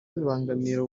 bibangamira